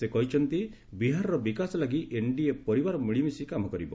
ସେ କହିଛନ୍ତି ବିହାରର ବିକାଶ ଲାଗି ଏନଡିଏ ପରିବାର ମିଳିମିଶି କାମ କରିବ